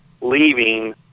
leaving